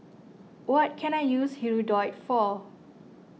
what can I use Hirudoid for